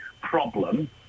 problem